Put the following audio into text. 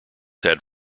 had